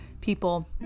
people